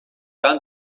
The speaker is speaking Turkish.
ben